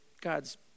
God's